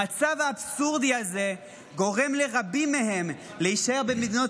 המצב האבסורדי הזה גורם לרבים מהם להישאר במדינות